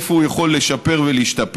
איפה הוא יכול לשפר ולהשתפר.